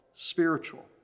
Spiritual